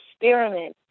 experiment